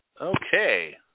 Okay